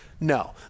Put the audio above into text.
no